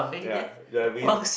ya get what I mean